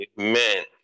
amen